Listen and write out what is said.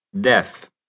death